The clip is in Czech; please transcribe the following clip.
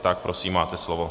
Tak prosím, máte slovo.